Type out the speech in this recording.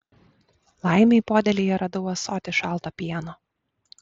laimei podėlyje radau ąsotį šalto pieno